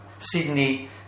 Sydney